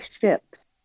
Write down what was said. ships